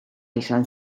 izan